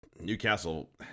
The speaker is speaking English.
Newcastle